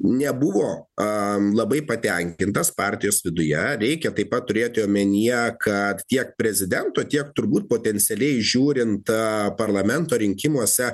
nebuvo labai patenkintas partijos viduje reikia taip pat turėti omenyje kad tiek prezidento tiek turbūt potencialiai žiūrint parlamento rinkimuose